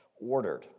ordered